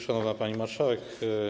Szanowna Pani Marszałek!